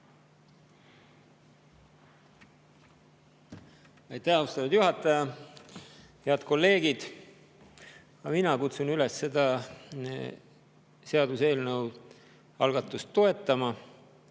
Aitäh, austatud juhataja! Head kolleegid! Ka mina kutsun üles selle seaduseelnõu algatust toetama.